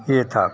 यह था